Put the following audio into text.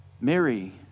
Mary